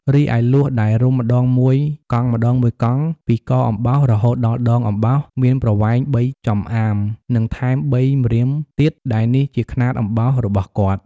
រីឯ លួសដែលរុំម្តងមួយកង់ៗពី កអំបោសរហូតដល់ដងអំបោសមានប្រវែង៣ចំអាមនិងថែម៣ ម្រៀម ទៀត ដែលនេះជាខ្នាតអំបោសរបស់គាត់។